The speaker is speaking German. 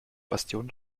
bastion